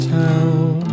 town